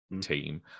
team